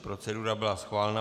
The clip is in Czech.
Procedura byla schválena.